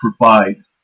provide